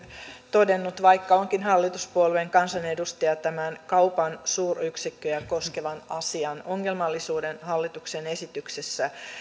todennut vaikka onkin hallituspuolueen kansanedustaja tämän kaupan suuryksikköjä koskevan asian ongelmallisuuden hallituksen esityksessä